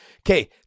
Okay